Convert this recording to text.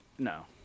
No